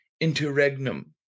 interregnum